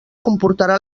comportarà